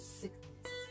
sickness